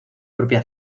propia